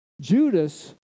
Judas